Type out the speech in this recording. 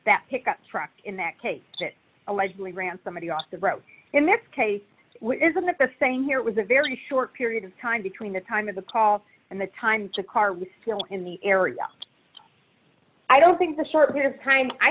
that pickup truck in that case allegedly ran somebody off the road in this case isn't it the same here it was a very short period of time between the time of the call and the time to car was still in the area i don't think a short period of time i